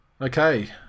Okay